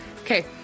Okay